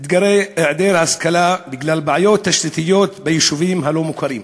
ואתגרי היעדר השכלה בגלל בעיות תשתיות ביישובים הלא-מוכרים.